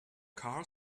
car